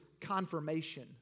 confirmation